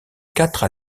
quatre